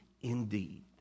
indeed